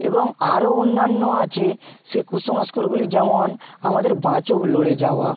এবং আরও অন্যান্য আছে সে কুসংস্কারগুলি যেমন আমাদের বাঁ চোখ নড়ে যাওয়া